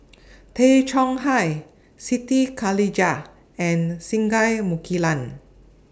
Tay Chong Hai Siti Khalijah and Singai Mukilan